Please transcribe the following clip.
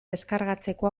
deskargatzeko